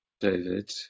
David